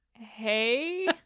hey